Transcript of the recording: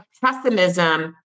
pessimism